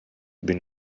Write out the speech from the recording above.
been